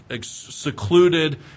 secluded